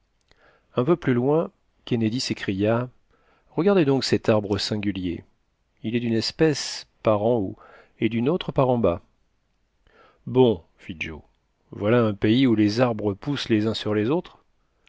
un peu plus loin kennedy s'écria regardez donc cet arbre singulier il est d'une espèce par en haut et d'une autre par en bas bon fit joe voilà un pays où les arbres poussent les uns sur les autres